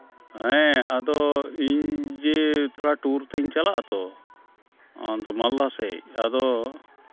ᱦᱮᱸ ᱟᱫᱚ ᱤᱧ ᱡᱮ ᱛᱷᱚᱲᱟ ᱴᱩᱨ ᱛᱤᱧ ᱪᱟᱞᱟᱜᱼᱟ ᱛᱚ ᱚᱱᱛᱮ ᱢᱟᱞᱫᱟ ᱥᱮᱫ ᱟᱫᱚ